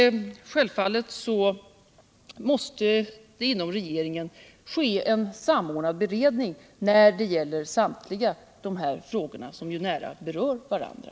Självfallet måste det inom regeringen ske en samordnad beredning när det gäller samtliga dessa frågor, som ju nära berör varandra.